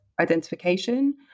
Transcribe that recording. identification